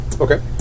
okay